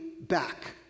back